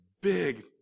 big